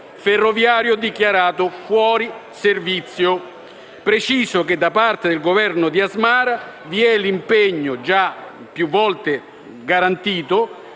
ferroviario dichiarato fuori servizio. Preciso che da parte del Governo di Asmara vi è l'impegno, già più volte garantito,